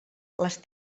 les